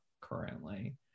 currently